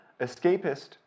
escapist